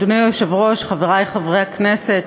אדוני היושב-ראש, חברי חברי הכנסת,